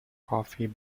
coffee